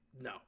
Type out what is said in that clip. no